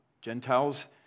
Gentiles